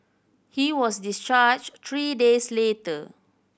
he was discharged three days later